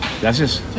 Gracias